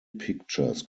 pictures